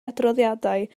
adroddiadau